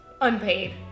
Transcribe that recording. unpaid